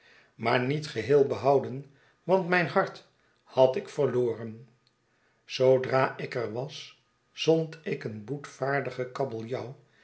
maar niet geheel behouden want mijn hart had ik verloren zoodra ik er was zond ik een boetvaardigen kabeljauw